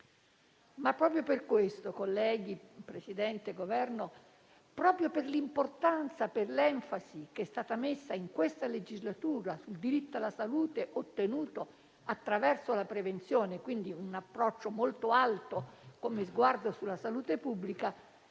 Proprio per questo, colleghi, Presidente, membri del Governo, per l'importanza e per l'enfasi che è stata messa in questa legislatura sul diritto alla salute ottenuto attraverso la prevenzione - un approccio molto alto come sguardo sulla salute pubblica